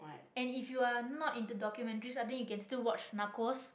and if you are not into documentaries I think you can still watch Narcos